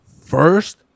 first